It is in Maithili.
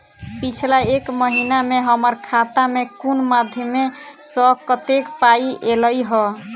पिछला एक महीना मे हम्मर खाता मे कुन मध्यमे सऽ कत्तेक पाई ऐलई ह?